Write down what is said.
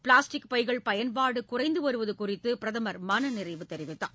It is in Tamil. பிளாஸ்டிக் பைகள் பயன்பாடு குறைந்து வருவது குறித்து பிரதமர் மனநிறைவு தெரிவித்தார்